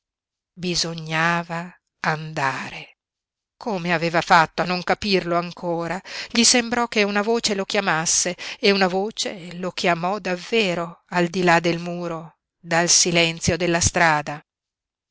bisognava andare come aveva fatto a non capirlo ancora gli sembrò che una voce lo chiamasse e una voce lo chiamò davvero al di là del muro dal silenzio della strada